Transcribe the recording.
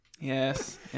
Yes